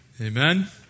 Amen